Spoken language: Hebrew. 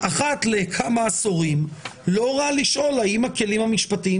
אחת לכמה עשורים לא רע לשאול האם הכלים המשפטיים